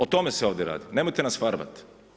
O tome se ovdje radi, nemojte nas farbati.